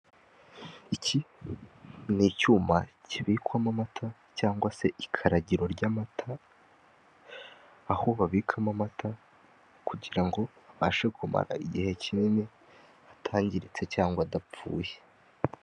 Iki ni icyuma kibikwamo amata cyangwa se ikaragiro ry'amata, aho babikamo amata kugira ngo abashe kumara igihe kinini atangiritse cyangwa adapfuye.